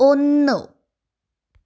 ഒന്നു